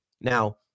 Now